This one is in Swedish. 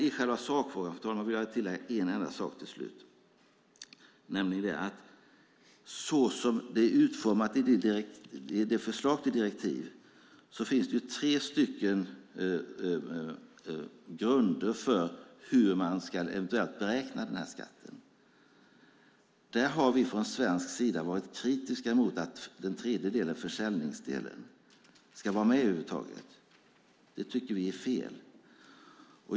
I själva sakfrågan vill jag tillägga en enda sak, fru talman, nämligen att så som det är utformat i förslaget till direktiv finns det tre grunder för hur man eventuellt ska beräkna den här skatten. Där har vi från svensk sida varit kritiska mot att den tredje delen, försäljningsdelen, över huvud taget ska vara med. Det tycker vi är fel.